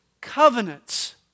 covenants